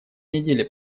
неделе